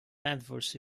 adverse